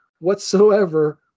whatsoever